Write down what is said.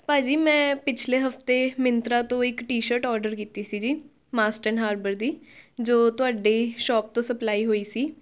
ਭਾਅ ਜੀ ਮੈਂ ਪਿਛਲੇ ਹਫਤੇ ਮਿੰਤਰਾਂ ਤੋਂ ਇੱਕ ਟੀ ਸ਼ਰਟ ਔਡਰ ਕੀਤੀ ਸੀ ਜੀ ਮਾਸਟ ਐਡ ਹਾਰਬਰ ਦੀ ਜੋ ਤੁਹਾਡੀ ਸ਼ੋਪ ਤੋਂ ਸਪਲਾਈ ਹੋਈ ਸੀ